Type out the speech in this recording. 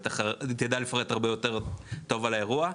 שתדע לפרט הרבה יותר טוב על האירוע.